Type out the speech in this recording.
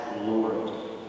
Lord